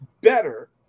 better